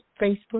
Facebook